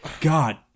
god